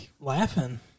laughing